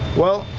well.